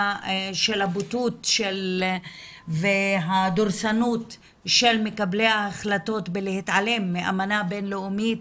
של הבוטות והדורסנות של מקבלי ההחלטות בלהתעלם מאמנה בינלאומית,